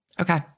Okay